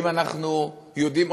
האם אנחנו יודעים,